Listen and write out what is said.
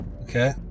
Okay